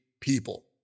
people